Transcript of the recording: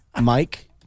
Mike